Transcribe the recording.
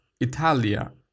Italia